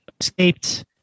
escaped